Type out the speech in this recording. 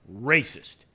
racist